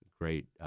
great